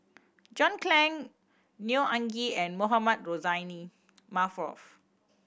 John Clang Neo Anngee and Mohamed Rozani